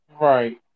Right